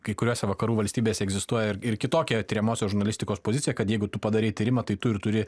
kai kuriose vakarų valstybėse egzistuoja ir kitokia tiriamosios žurnalistikos pozicija kad jeigu tu padarei tyrimą tai tu ir turi